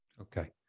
okay